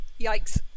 Yikes